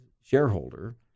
shareholder